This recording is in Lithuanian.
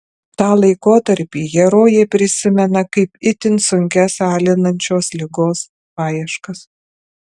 tą laikotarpį herojė prisimena kaip itin sunkias alinančios ligos paieškas